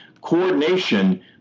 Coordination